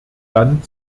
dann